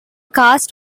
cast